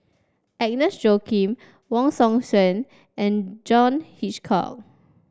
Agnes Joaquim Wong Hong Suen and John Hitchcock